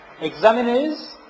examiners